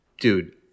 dude